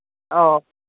ꯑꯧ